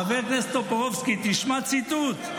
חבר הכנסת טופורובסקי, תשמע ציטוט.